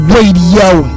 Radio